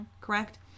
Correct